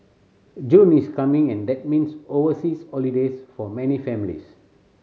June is coming and that means overseas holidays for many families